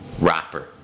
rapper